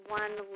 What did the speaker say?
one